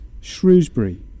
Shrewsbury